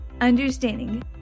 understanding